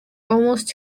almost